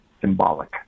symbolic